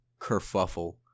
kerfuffle